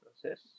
process